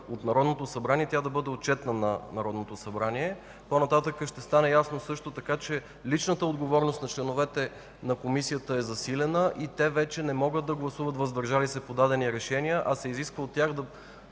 от Народното събрание и тя да бъде отчетна пред Народното събрание. По-нататък ще стане ясно, че личната отговорност на членовете на Комисията е засилена и те вече не могат да гласуват „въздържал се“ по дадено решение, а от тях се